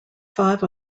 five